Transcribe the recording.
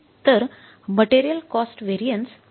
तर material cost variance किती येईल